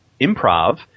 improv